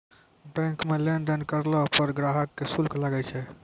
bank मे लेन देन करलो पर ग्राहक के शुल्क लागै छै